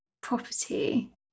property